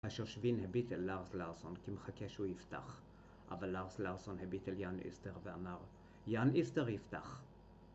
השושבין הביט אל לארס לארסון כי מחכה שהוא יפתח, אבל לארס לארסון הביט אל יאן איסטר ואמר, יאן איסטר יפתח!